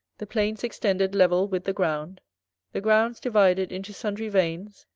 the plains extended level with the ground the grounds divided into sundry veins,